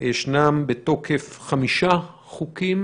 ישנם בתוקף 5 חוקים